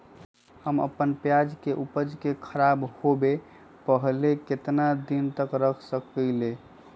हम अपना प्याज के ऊपज के खराब होबे पहले कितना दिन तक रख सकीं ले?